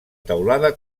teulada